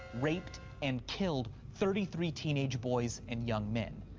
raped, and killed thirty three teenager boys and young men.